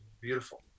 Beautiful